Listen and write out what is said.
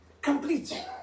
complete